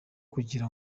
kugira